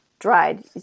dried